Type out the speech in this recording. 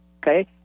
okay